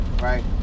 right